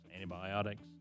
antibiotics